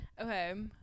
Okay